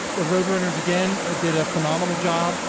the roadrunners again ah did a phenomenal job